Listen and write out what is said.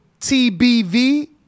TBV